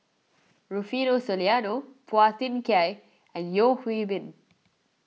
Rufino Soliano Phua Thin Kiay and Yeo Hwee Bin